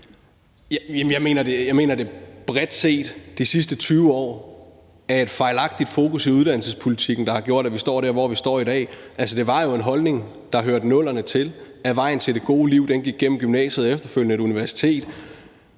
Jeg mener, at det bredt set de sidste 20 år er et fejlagtigt fokus i uddannelsespolitikken, der har gjort, at vi står der, hvor vi står i dag. Altså, det var jo en holdning, der hørte 00'erne til, at vejen til det gode liv gik gennem gymnasiet og efterfølgende universitetet.